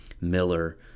Miller